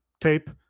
tape